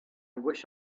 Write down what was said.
wish